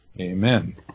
Amen